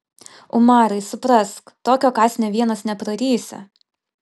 umarai suprask tokio kąsnio vienas neprarysi